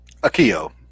Akio